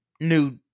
new